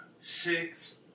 six